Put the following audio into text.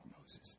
Moses